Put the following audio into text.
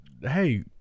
hey